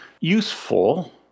useful